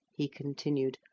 he continued,